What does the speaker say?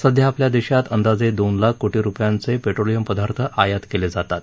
सध्या आपल्या देशात अंदाजे दोन लाख कोटी रुपयांचे पेट्रोलीयम पदार्थ आयात केले जातात